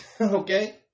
Okay